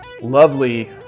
lovely